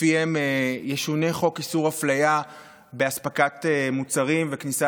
שלפיהם ישונה חוק איסור אפליה באספקת מוצרים וכניסה